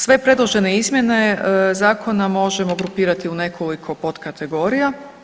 Sve predložene izmjene zakona možemo grupirati u nekoliko podkategorija.